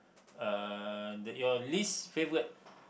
uh your least favourite